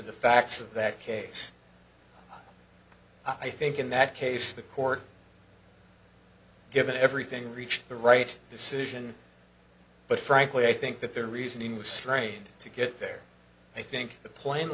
the facts of that case i think in that case the court given everything reached the right decision but frankly i think that their reasoning was strained to get there i think the pla